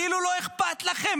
כאילו לא אכפת לכם,